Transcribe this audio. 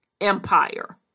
empire